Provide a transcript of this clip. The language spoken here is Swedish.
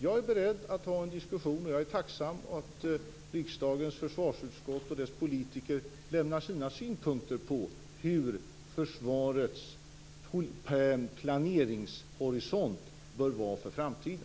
Jag är beredd att ta en diskussion. Jag är tacksam att riksdagens försvarsutskott och dess politiker lämnar sina synpunkter på hur försvarets planeringshorisont bör vara för framtiden.